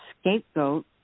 scapegoat